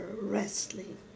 wrestling